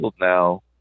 now